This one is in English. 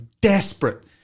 desperate